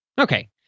Okay